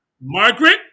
Margaret